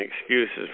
excuses